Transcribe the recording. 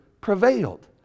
prevailed